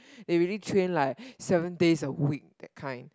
they really train like seven days a week that kind